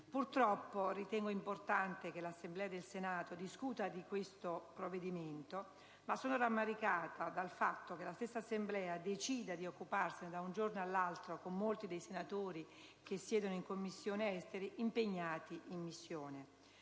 Purtroppo, ritenendo importante che l'Assemblea del Senato discuta di questo provvedimento, sono rammaricata dal fatto che la stessa Assemblea decida di occuparsene da un giorno all'altro, quando molti dei senatori che siedono in Commissione esteri sono impegnati in missione.